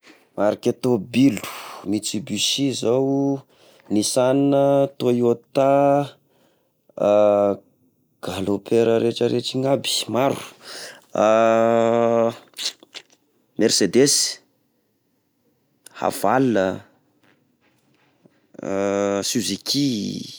Marika tôbilo: mitsubisi zao, nissan, toyota, galloper retraretra igny aby, maro, mercedes, haval, suziki.